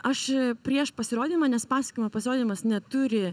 aš prieš pasirodymą nes pasakojimo pasirodymas neturi